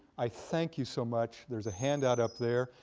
i thank you so much. there's a handout up there.